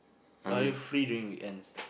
are you free during weekends